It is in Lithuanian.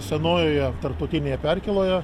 senojoje tarptautinėje perkėloje